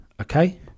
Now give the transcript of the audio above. okay